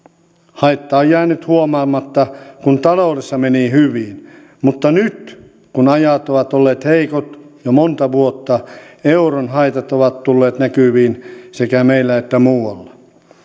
haitta on jäänyt huomaamatta kun taloudessa meni hyvin mutta nyt kun ajat ovat olleet heikot jo monta vuotta euron haitat ovat tulleet näkyviin sekä meillä että muualla